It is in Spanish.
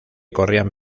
corrían